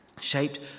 shaped